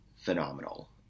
phenomenal